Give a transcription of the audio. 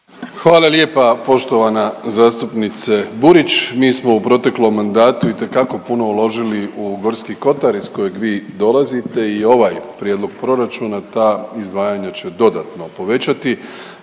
Hvala lijepa poštovana zastupnice Burić. Mi smo u proteklom mandatu itekako puno uložili u Gorski kotar iz kojeg vi dolazite i ovaj prijedlog proračuna ta izdvajanja će dodatno povećati.